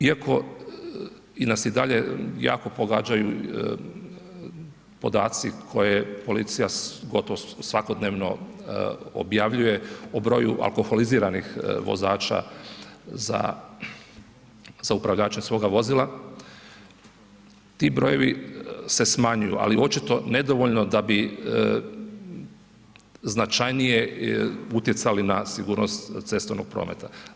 Iako nas i dalje jako pogađaju podaci koje policija gotovo svakodnevno objavljuje o broju alkoholiziranih vozača za upravljačem svoga vozila, ti brojevi se smanjuju, ali očito nedovoljno da bi značajnije utjecali na sigurnost cestovnog prometa.